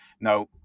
Now